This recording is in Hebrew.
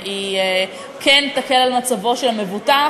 היא כן תקל את מצבו של המבוטח.